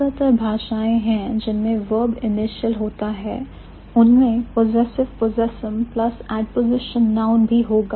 ज्यादातर भाषाएं जिनमें verb initial होता है उनमें possessive possessum plus adposition noun भी होगा